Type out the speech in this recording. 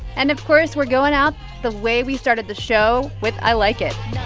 and of course, we're going out the way we started the show, with i like it.